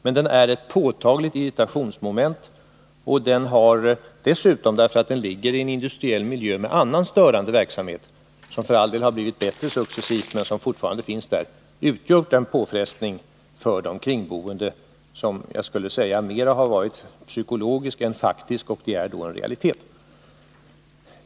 Men den är ett påtagligt irritationsmoment, och den ligger dessutom i en industriell miljö med annan störande verksamhet, som för all del successivt blivit bättre men som fortfarande finns där. Den har därför utgjort en påfrestning för de kringboende som varit, skulle jag vilja säga, mera psykologisk än faktisk, och det är då en realitet.